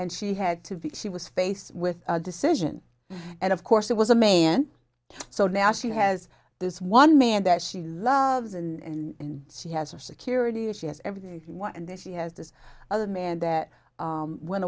and she had to be she was faced with a decision and of course it was a man so now she has this one man that she loves in she has her security or she has everything you want and then she has this other man that went